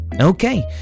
Okay